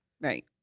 Right